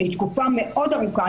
שהיא תקופה מאוד ארוכה.